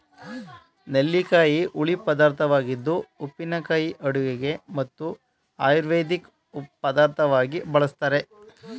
ನೆಲ್ಲಿಕಾಯಿ ಹುಳಿ ಪದಾರ್ಥವಾಗಿದ್ದು ಉಪ್ಪಿನಕಾಯಿ ಅಡುಗೆಗೆ ಮತ್ತು ಆಯುರ್ವೇದಿಕ್ ಪದಾರ್ಥವಾಗಿ ಬಳ್ಸತ್ತರೆ